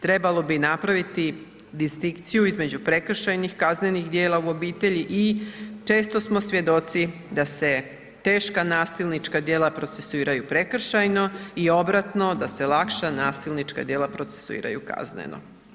Trebalo bi napraviti i distinkciju između prekršajnih kaznenih djela u obitelji i često smo svjedoci da se teška nasilnička djela procesuiraju prekršajno, i obratno da se lakša nasilnička djela procesuiraju kazneno.